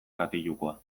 katilukoa